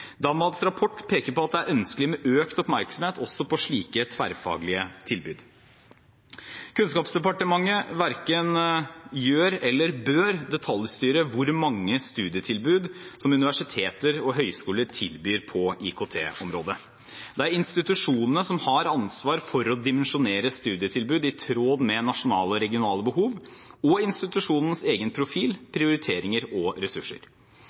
rapport peker på at det er ønskelig med økt oppmerksomhet også på slike tverrfaglige tilbud. Kunnskapsdepartementet detaljstyrer ikke – og bør heller ikke gjøre det – hvor mange studietilbud som universiteter og høyskoler tilbyr på IKT-området. Det er institusjonene som har ansvar for å dimensjonere studietilbud i tråd med nasjonale og regionale behov og institusjonens egen profil, prioriteringer og ressurser.